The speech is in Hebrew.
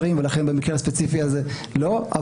ולכן במקרה הספציפי הזה לא.